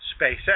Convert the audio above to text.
SpaceX